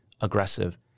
aggressive